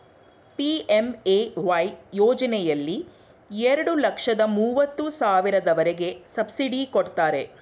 PMAY ಯೋಜನೆಯಲ್ಲಿ ಎರಡು ಲಕ್ಷದ ಮೂವತ್ತು ಸಾವಿರದವರೆಗೆ ಸಬ್ಸಿಡಿ ಕೊಡ್ತಾರೆ